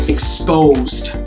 Exposed